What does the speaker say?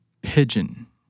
Pigeon